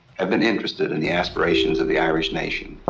have been interested in the aspirations of the irish nation.